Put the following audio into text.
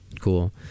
Cool